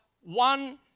one